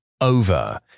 over